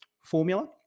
formula